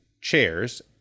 chairs